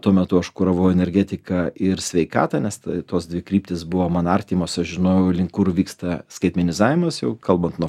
tuo metu aš kuravau energetiką ir sveikatą nes tos dvi kryptys buvo man artimos ir aš žinojau link kur vyksta skaitmenizavimas jau kalbant nuo